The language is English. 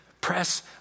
Press